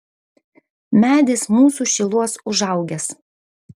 medis mūsų šiluos užaugęs